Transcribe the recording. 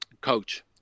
coach